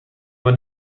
when